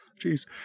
Jeez